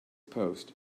post